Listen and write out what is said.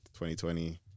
2020